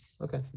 okay